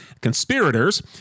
conspirators